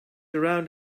around